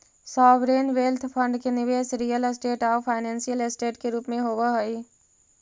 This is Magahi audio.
सॉवरेन वेल्थ फंड के निवेश रियल स्टेट आउ फाइनेंशियल ऐसेट के रूप में होवऽ हई